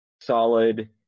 solid